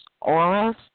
auras